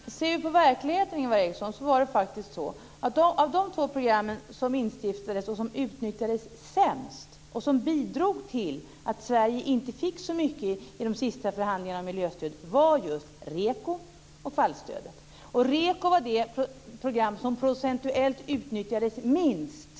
Fru talman! Om vi ser på verkligheten, Ingvar Eriksson, var det så att av de program som instiftades var det just REKO och vallstödet som utnyttjades sämst och bidrog till att Sverige inte fick så mycket i de senaste förhandlingarna om miljöstöd. REKO var det program som procentuellt utnyttjades minst.